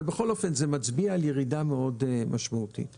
אבל כל אופן זה מצביע על ירידה משמעותית מאוד.